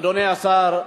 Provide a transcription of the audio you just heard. אדוני השר,